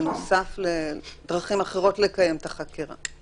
בנוסף לדרכים אחרות לקיים את החקירה?